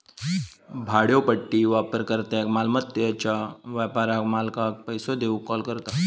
भाड्योपट्टी वापरकर्त्याक मालमत्याच्यो वापराक मालकाक पैसो देऊक कॉल करता